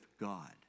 God